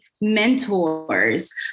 mentors